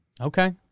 Okay